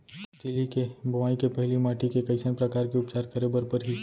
तिलि के बोआई के पहिली माटी के कइसन प्रकार के उपचार करे बर परही?